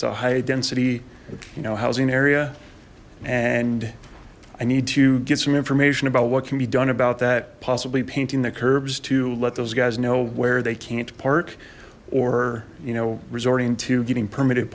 a high density you know housing area and i need to get some information about what can be done about that possibly painting the curbs to let those guys know where they can't park or you know resorting to getting permitted